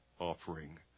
offering